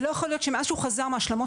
זה לא יכול להיות שמאז שהוא חזר מהשלמות